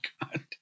god